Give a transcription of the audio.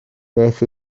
beth